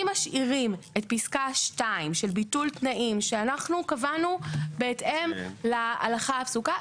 אם משאירים את פסקה 2 של ביטול תנאים שאנחנו קבענו בהתאם להלכה הפסוקה.